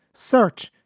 search,